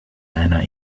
einer